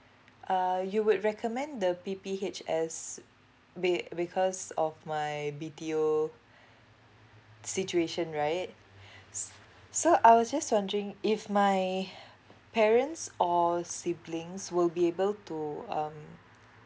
uh you would recommend the P P H S be~ because of my B T O situation right so I was just wondering if my parents or siblings will be able to um